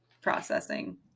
processing